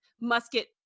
musket